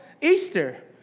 Easter